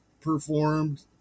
performed